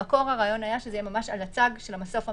הרעיון במקור היה שזה יהיה ממש על הצג של המסוף המשטרתי,